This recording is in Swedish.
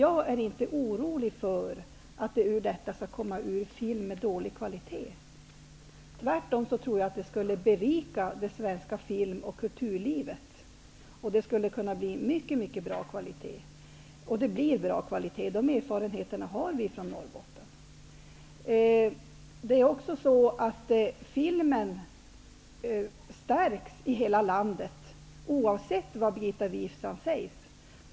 Jag är inte orolig för att det ur detta skall komma film av dålig kvalitet. Jag tror tvärtom att det skulle berika det svenska film och kulturlivet. Det skulle kunna bli mycket bra kvalitet, och det blir bra kvalitet. De erfarenheterna har vi från Filmen stärks i hela landet, oavsett vad Birgitta Wistrand säger, därför att television och andra massmedia sprids över landet. Det måste vi ha i åtanke när vi pratar om att sprida filmproduktion.